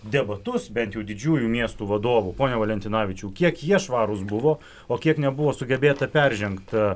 debatus bent jau didžiųjų miestų vadovų pone valentinavičiau kiek jie švarūs buvo o kiek nebuvo sugebėta peržengta